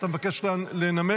אתה מבקש לנמק?